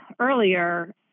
earlier